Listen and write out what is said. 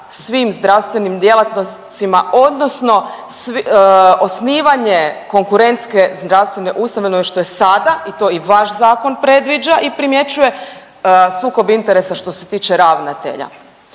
svim zdravstvenim djelatnicima odnosno osnivanje konkurentske zdravstvene ustanove što je sada i to vaš zakon predviđa i primjećuje, sukob interesa što se tiče ravnatelja.